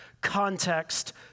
context